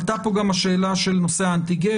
עלתה כאן גם השאלה של נושא האנטיגן.